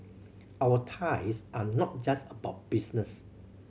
our ties are not just about business